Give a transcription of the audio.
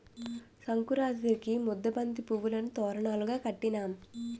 సంకురాతిరికి ముద్దబంతి పువ్వులును తోరణాలును కట్టినాం